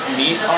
meet